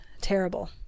terrible